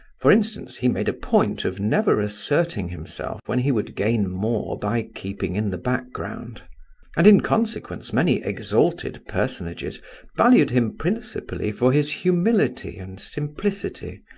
for instance, he made a point of never asserting himself when he would gain more by keeping in the background and in consequence many exalted personages valued him principally for his humility and simplicity,